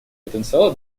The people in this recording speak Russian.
потенциала